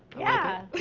yeah.